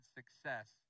success